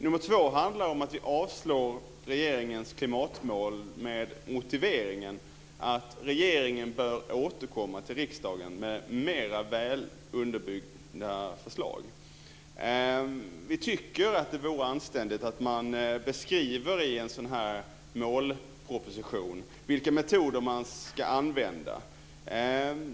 Nr 2 handlar om att vi avstyrker regeringens klimatmål med motiveringen att regeringen bör återkomma till riksdagen med mera välunderbyggda förslag. Vi tycker att det vore anständigt att i en sådan här målproposition beskriva vilka metoder man ska använda.